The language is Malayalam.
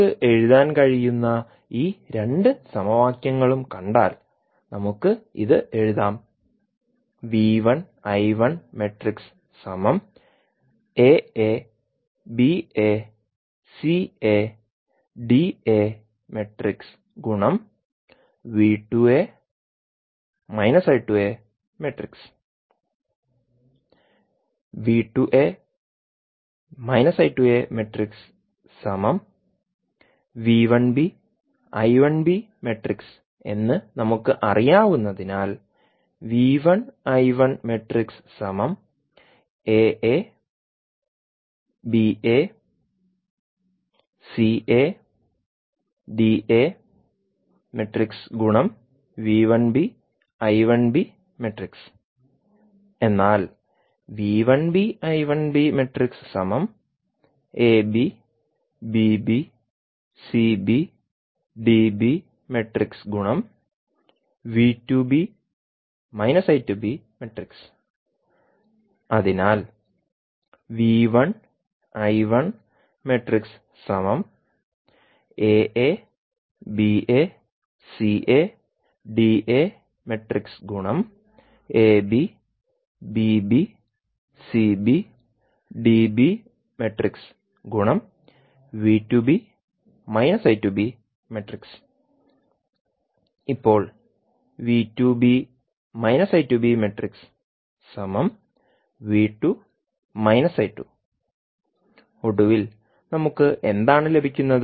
നമുക്ക് എഴുതാൻ കഴിയുന്ന ഈ രണ്ട് സമവാക്യങ്ങളും കണ്ടാൽ നമുക്ക് ഇത് എഴുതാം എന്ന് നമുക്ക് അറിയാവുന്നതിനാൽ എന്നാൽ അതിനാൽ ഇപ്പോൾ ഒടുവിൽ നമുക്ക് എന്താണ് ലഭിക്കുന്നത്